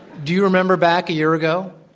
do you remember back a year ago?